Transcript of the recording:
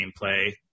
gameplay